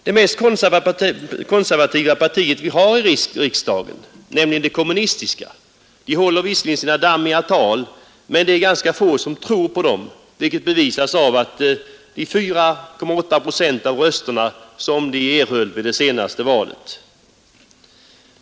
Det mest konservativa parti vi har i riksdagen, nämligen det kommunistiska, håller visserligen sina dammiga tal, men det är ganska få som tror på dem, vilket bevisas av de 4,8 procent av rösterna som kommunisterna uppnådde i senaste valet.